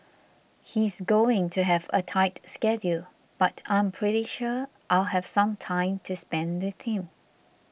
he's going to have a tight schedule but I'm pretty sure I'll have some time to spend with him